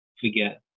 forget